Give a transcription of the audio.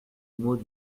mot